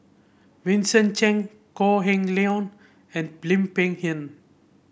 Vincent Cheng Kok Heng Leun and Lim Peng Han